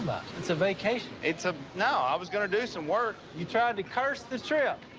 it's a vacation. it's a no, i was gonna do some work. you tried to curse the trip.